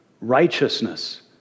Righteousness